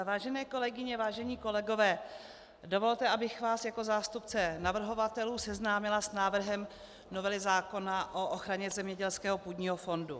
Vážené kolegyně, vážení kolegové, dovolte, abych vás jako zástupce navrhovatelů seznámila s návrhem novely zákona o ochraně zemědělského půdního fondu.